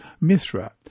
Mithra